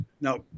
Now